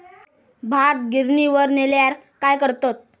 भात गिर्निवर नेल्यार काय करतत?